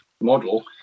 model